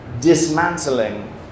dismantling